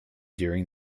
during